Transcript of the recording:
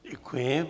Děkuji.